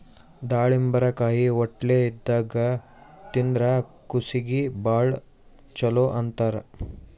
ದಾಳಿಂಬರಕಾಯಿ ಹೊಟ್ಲೆ ಇದ್ದಾಗ್ ತಿಂದ್ರ್ ಕೂಸೀಗಿ ಭಾಳ್ ಛಲೋ ಅಂತಾರ್